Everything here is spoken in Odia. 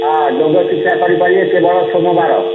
ହଁ ଯୋଗ ଶିକ୍ଷା କରିପାରିବେ କେବଳ ସୋମବାର